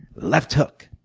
left hook.